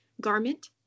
garment